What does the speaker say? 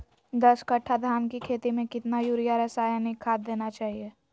दस कट्टा धान की खेती में कितना यूरिया रासायनिक खाद देना चाहिए?